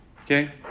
Okay